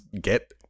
get